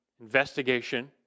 investigation